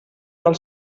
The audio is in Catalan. del